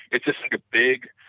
it's just like a big,